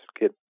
get